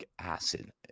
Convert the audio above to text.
acid